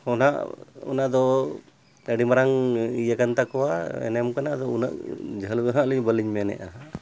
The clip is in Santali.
ᱦᱚᱸ ᱱᱟᱜ ᱚᱱᱟᱫᱚ ᱟᱹᱰᱤ ᱢᱟᱨᱟᱝ ᱤᱭᱟᱹ ᱠᱟᱱ ᱛᱟᱠᱚᱣᱟ ᱮᱱᱮᱢ ᱠᱟᱱᱟ ᱟᱫᱚ ᱩᱱᱟᱹᱜ ᱡᱷᱟᱹᱞ ᱫᱚ ᱦᱟᱸᱜ ᱟᱹᱞᱤᱧ ᱵᱟᱹᱞᱤᱧ ᱢᱮᱱᱮᱜᱼᱟ